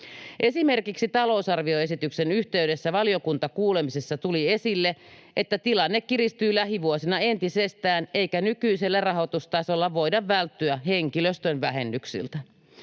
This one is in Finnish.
Esimerkiksi talousarvioesityksen yhteydessä valiokuntakuulemisessa tuli esille, että tilanne kiristyy lähivuosina entisestään eikä nykyisellä rahoitustasolla voida välttyä henkilöstön vähennyksiltä.